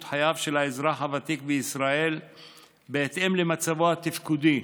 חייו של האזרח הוותיק בישראל בהתאם למצבו התפקודי,